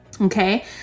Okay